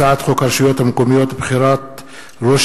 הצעת חוק הרשויות המקומיות (בחירת ראש